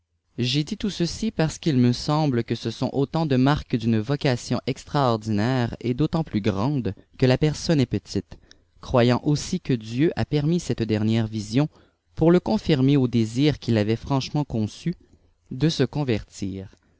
j'ai dit tout ceci parce qu'il mç semble ce sont autant de mhrques d'une vocation extraordinaire et d'autant plus grande que la pjohne est petite croyant aussi que diteu a permis cette deraière vision pour le confirmer au désir qu'il avait franchement conçu de se convertir